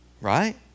Right